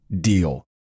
deal